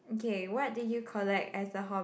okay what do you collect as a hobby